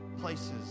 places